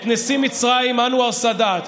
את נשיא מצרים אנואר סאדאת,